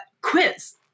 Quiz